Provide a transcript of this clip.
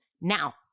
Now